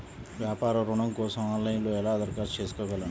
వ్యాపార ఋణం కోసం ఆన్లైన్లో ఎలా దరఖాస్తు చేసుకోగలను?